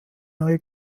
neue